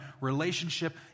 relationship